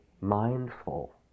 mindful